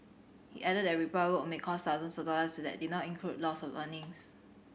he added that repair work may cost thousands of dollars and that did not include loss of earnings